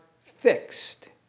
fixed